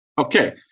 Okay